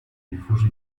diffuse